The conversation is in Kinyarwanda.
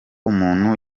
umuntu